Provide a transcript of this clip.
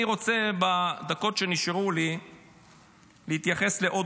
אני רוצה בדקות שנשארו לי להתייחס לעוד